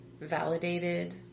validated